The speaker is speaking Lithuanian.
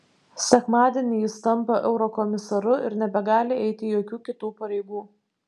sekmadienį jis tampa eurokomisaru ir nebegali eiti jokių kitų pareigų